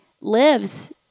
lives